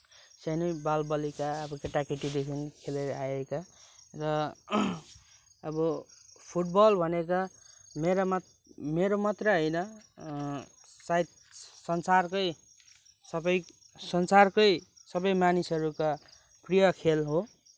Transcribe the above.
सानै बालबालिका अब केटाकेटीदेखि खेलेर आएका र अब फुटबल भनेका मेरामा मेरो मात्रै होइन सायद संसारकै सबै संसारकै सबै मनिसहरूका प्रिय खेल हो